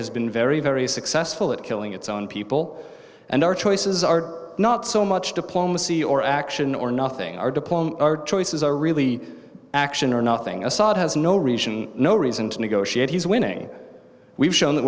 has been very very successful at killing its own people and our choices are not so much diplomacy or action or nothing our diplomacy choices are really action or nothing assad has no region no reason to negotiate he's winning we've shown that